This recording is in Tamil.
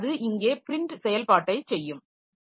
பின்னர் அது இங்கே பிரின்ட் செயல்பாட்டைச் செய்யும்